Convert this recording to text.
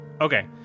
Okay